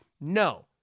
No